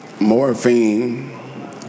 Morphine